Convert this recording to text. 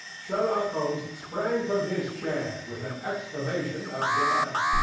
sherlock holmes sprang from his chair with an exclamation of delight.